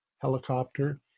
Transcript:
helicopter